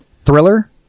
thriller